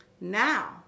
now